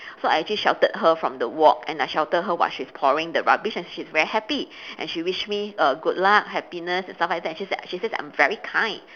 so I actually sheltered her from the walk and I sheltered her while she's pouring the rubbish and she's very happy and she wish me err good luck happiness and stuff like that and she says that she says that I'm very kind